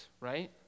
right